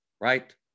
right